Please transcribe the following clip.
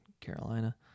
Carolina